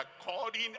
according